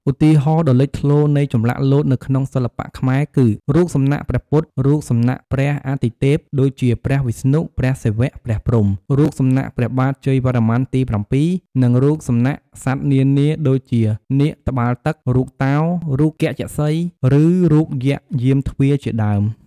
ឧទាហរណ៍ដ៏លេចធ្លោនៃចម្លាក់លោតនៅក្នុងសិល្បៈខ្មែរគឺ រូបសំណាកព្រះពុទ្ធ រូបសំណាកព្រះអាទិទេព ដូចជា ព្រះវិស្ណុ ព្រះសិវៈ ព្រះព្រហ្ម រូបសំណាកព្រះបាទជ័យវរ្ម័នទី៧ និងរូបសំណាកសត្វនានាដូចជានាគត្បាល់ទឹក រូបតោ រូបគជសីហ៍ ឬរូបយក្សយាមទ្វារជាដើម។